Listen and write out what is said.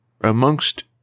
amongst